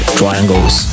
triangles